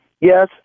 Yes